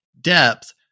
depth